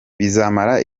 bizamara